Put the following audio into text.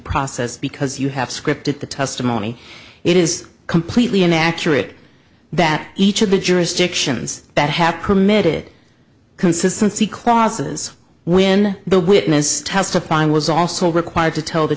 process because you have scripted the testimony it is completely inaccurate that each of the jurisdictions that have permitted consistency clauses when the witness testifying was also required to tell the